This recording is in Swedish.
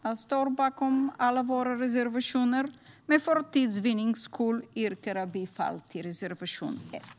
Jag står bakom alla våra reservationer, men för tids vinnande yrkar jag bifall endast till reservation 1.